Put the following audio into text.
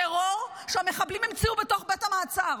טרור שהמחבלים המציאו בתוך בית המעצר: